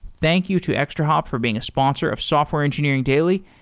thank you to extrahop for being a sponsor of software engineering daily,